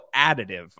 additive